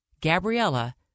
Gabriella